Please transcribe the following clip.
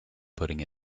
putting